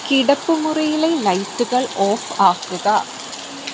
കിടപ്പുമുറിയിലെ ലൈറ്റുകൾ ഓഫ് ആക്കുക